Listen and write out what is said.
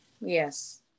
yes